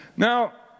Now